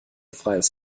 freies